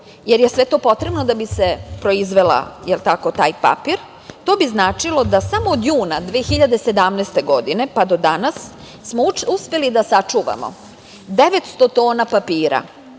jer je sve to potrebno da bi se proizvelo, taj papir, to bi značilo da samo juna 2017. godine, pa do danas, smo uspeli da sačuvamo 900 tona papira,